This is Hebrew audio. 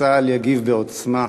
שצה"ל יגיב בעוצמה,